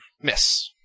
Miss